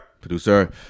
Producer